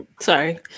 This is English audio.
Sorry